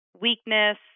weakness